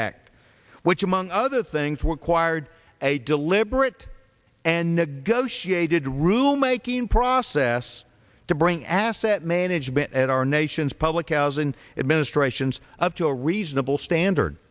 act which among other things were quired a deliberate and negotiated rule making process to bring asset management at our nation's public housing administrations up to a reasonable standard